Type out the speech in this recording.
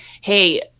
hey